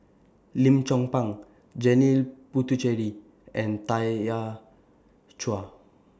Lim Chong Pang Janil Puthucheary and Tanya Chua